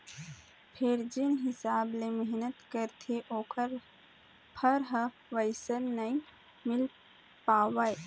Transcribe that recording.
फेर जेन हिसाब ले मेहनत करथे ओखर फर ह वइसन नइ मिल पावय